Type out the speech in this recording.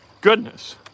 Goodness